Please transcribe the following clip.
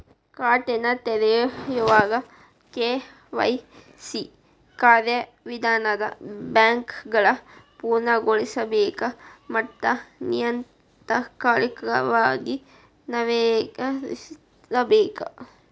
ಖಾತೆನ ತೆರೆಯೋವಾಗ ಕೆ.ವಾಯ್.ಸಿ ಕಾರ್ಯವಿಧಾನನ ಬ್ಯಾಂಕ್ಗಳ ಪೂರ್ಣಗೊಳಿಸಬೇಕ ಮತ್ತ ನಿಯತಕಾಲಿಕವಾಗಿ ನವೇಕರಿಸ್ತಿರಬೇಕ